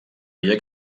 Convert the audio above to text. havia